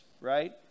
right